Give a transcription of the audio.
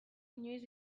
inoiz